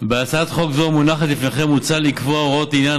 בהצעת חוק זו המונחת לפניכם מוצע לקבוע הוראות לעניין